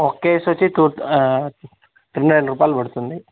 ఒక కేసు వచ్చి టూ ఆ రెండు వేల రూపాయలు పడుతుంది